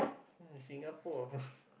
mm Singapore